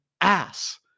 ass